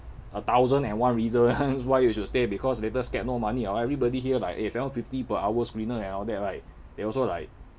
a thousand and one reasons why you should stay because later scared no money or everybody here like eh seven fifty per hour screener and all that right they also like